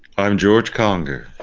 i'm george conger.